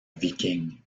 viking